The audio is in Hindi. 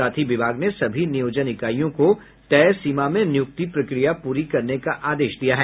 साथ ही विभाग ने सभी नियोजन इकाइयों को तय सीमा में नियुक्ति प्रक्रिया पूरी करने का आदेश दिया है